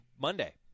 Monday